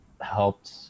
helped